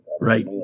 right